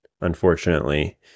unfortunately